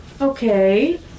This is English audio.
Okay